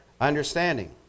understanding